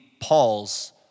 Pauls